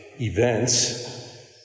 events